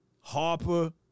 Harper –